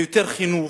זה יותר חינוך,